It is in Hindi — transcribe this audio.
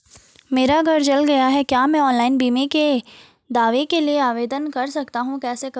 मेरा घर जल गया है क्या मैं ऑनलाइन बीमे के दावे के लिए आवेदन कर सकता हूँ कैसे करूँ?